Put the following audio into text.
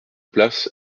place